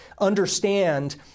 understand